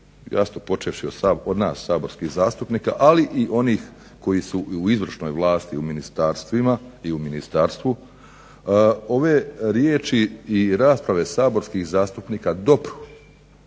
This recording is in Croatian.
počevši od nas saborskih zastupnika ali i onih koji su u izvršnoj vlasti u ministarstvima i u ministarstvu ove riječi i rasprave saborskih zastupnika dopru